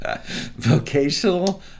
vocational